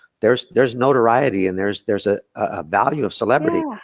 there's there's notoriety and there's there's a a value of celebrity.